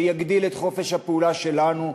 שיגדילו את חופש הפעולה שלנו,